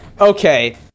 Okay